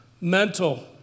mental